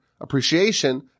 appreciation